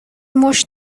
مشت